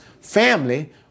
family